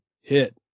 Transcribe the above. hit